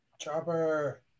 Chopper